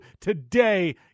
today